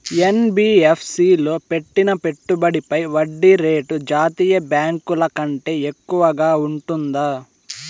NBFC లో పెట్టిన పెట్టుబడి పై వడ్డీ రేటు జాతీయ బ్యాంకు ల కంటే ఎక్కువగా ఉంటుందా?